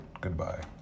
goodbye